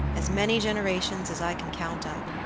as many generations as i can count up.